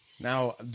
Now